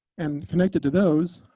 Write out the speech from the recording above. and connected to those,